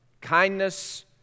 kindness